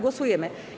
Głosujemy.